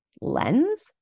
lens